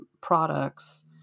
products